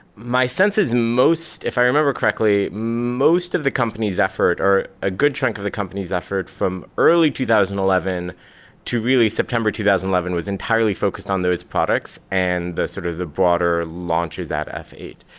my sense is most if i remember correctly, most of the company's effort, or a good chunk of the company's effort from early two thousand and eleven to really september two thousand and eleven was entirely focused on those products and the sort of the broader launches at f eight.